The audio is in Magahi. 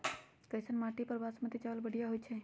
कैसन माटी पर बासमती चावल बढ़िया होई छई?